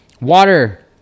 water